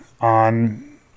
on